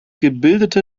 gebildete